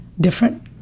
different